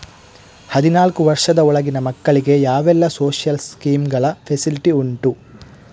ಹದಿನಾಲ್ಕು ವರ್ಷದ ಒಳಗಿನ ಮಕ್ಕಳಿಗೆ ಯಾವೆಲ್ಲ ಸೋಶಿಯಲ್ ಸ್ಕೀಂಗಳ ಫೆಸಿಲಿಟಿ ಉಂಟು?